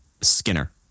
Skinner